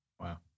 Wow